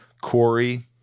Corey